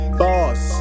boss